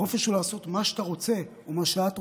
החופש הוא לעשות מה שאתה רוצה ומה שאת רוצה,